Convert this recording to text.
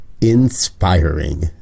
inspiring